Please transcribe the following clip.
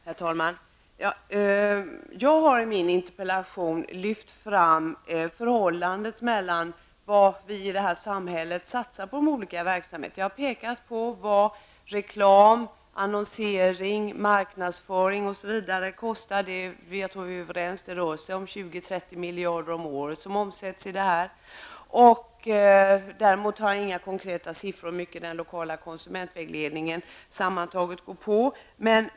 Herr talman! Jag har i min interpellation lyft fram skillnaden mellan satsningar som görs i vårt samhälle på olika verksamheter. Jag har pekat på vad reklam, annonsering, marknadsföring osv. kostar, och på den punkten är vi överens. 20--30 miljarder omsätts årligen. Däremot har jag inte något konkret material i form av siffror att peka på när det gäller kostnaderna för den lokala konsumentvägledningen sammantaget.